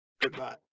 Goodbye